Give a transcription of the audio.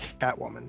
Catwoman